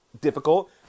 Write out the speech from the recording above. difficult